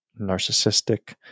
narcissistic